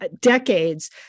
decades